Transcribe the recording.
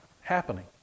happening